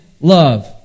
love